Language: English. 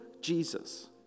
Jesus